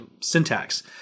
syntax